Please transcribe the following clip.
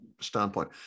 standpoint